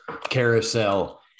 carousel